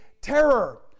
terror